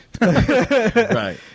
Right